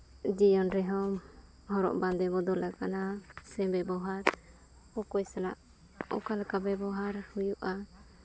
ᱡᱤᱭᱚᱱ ᱨᱮᱦᱚᱸ ᱦᱚᱨᱚᱜ ᱵᱟᱸᱫᱮ ᱵᱚᱫᱚᱞ ᱟᱠᱟᱱᱟ ᱥᱮ ᱵᱮᱵᱚᱦᱟᱨ ᱚᱠᱚᱭ ᱥᱟᱞᱟᱜ ᱚᱠᱟ ᱞᱮᱠᱟ ᱵᱮᱵᱚᱦᱟᱨ ᱦᱩᱭᱩᱜᱼᱟ